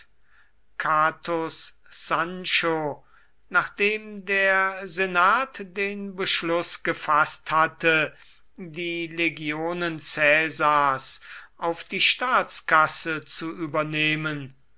sancho nachdem der senat den beschluß gefaßt hatte die legionen caesars auf die staatskasse zu übernehmen